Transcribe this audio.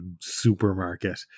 supermarket